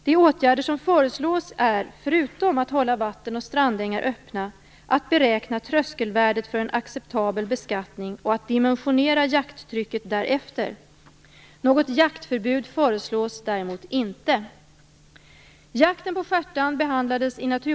De åtgärder som föreslås är, förutom att hålla vatten och strandängar öppna, att beräkna tröskelvärdet för en acceptabel beskattning och att dimensionera jakttrycket därefter. Något jaktförbud föreslås däremot inte.